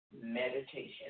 meditation